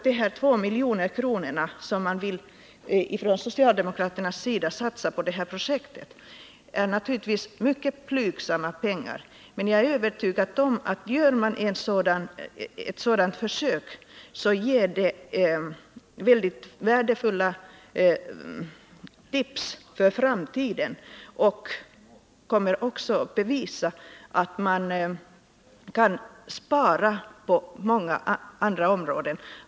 De två miljoner kronor som socialdemokraterna vill satsa på projektet är naturligtvis ett mycket blygsamt belopp, men jag är övertygad om att ett sådant försök skulle ge värdefulla tips för framtiden. Genom denna satsning kommer vi också att kunna visa att man kan spara på många andra områden.